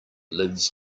lives